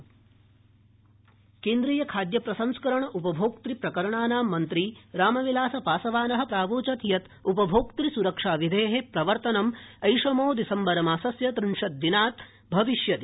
उपभोक्तसुरक्षा विधि केन्द्रीयखाद्य प्रसंस्करणोपभोक्त प्रकरणानां मन्त्री रामविलासपासवान प्रावोचत् यत् उपभोक्तूस्रक्षाविधे प्रवर्तनम् ऐषमो दिसम्बरमासस्य त्रिंशत् दिनात् भविष्यति